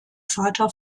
vater